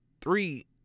three